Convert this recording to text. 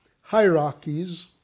hierarchies